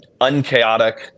unchaotic